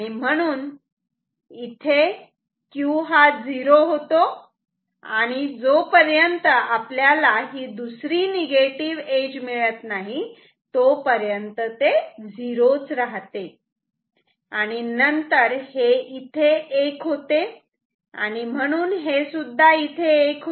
म्हणून इथे Q हा 0 तो होतो आणि जोपर्यंत आपल्याला दुसरी निगेटीव्ह एज मिळत नाही तोपर्यंत ते 0 च राहते आणि नंतर हे इथे 1 होते आणि म्हणून हे सुद्धा इथे 1 होते